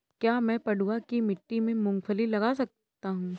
क्या मैं पडुआ की मिट्टी में मूँगफली लगा सकता हूँ?